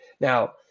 Now